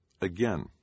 Again—